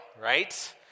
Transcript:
right